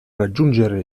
raggiungere